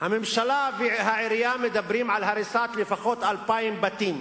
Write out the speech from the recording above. בממשלה ובעירייה מדברים על הריסת לפחות 2,000 בתים,